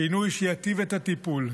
שינוי שיטיב את הטיפול.